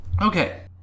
okay